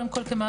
קודם כל כמערכת,